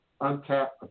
untapped